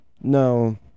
No